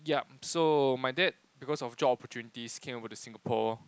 yup so my dad because of job opportunities came over to Singapore